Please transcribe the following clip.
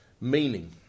meaning